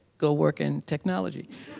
go work in technology.